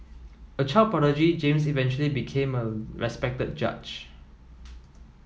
a child prodigy James eventually became a respected judge